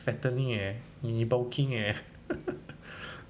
fattening eh 你 bulking eh